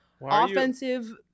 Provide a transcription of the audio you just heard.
offensive